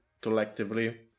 collectively